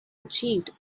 achieved